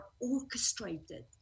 orchestrated